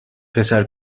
پسر